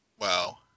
Wow